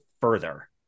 further